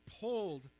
pulled